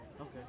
Okay